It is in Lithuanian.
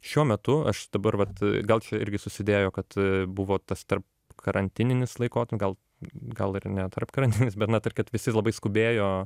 šiuo metu aš dabar vat gal čia irgi susidėjo kad buvo tas tarp karantininis laikota gal gal ir ne tarpkarantininis bet na tar kad visi labai skubėjo